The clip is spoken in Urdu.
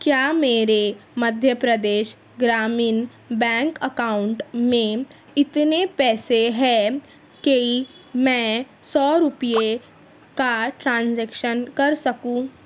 کیا میرے مدھیہ پردیش گرامین بینک اکاؤنٹ میں اتنے پیسے ہے کہ میں سو روپے کا ٹرانزیکشن کر سکوں